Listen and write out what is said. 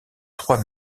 trois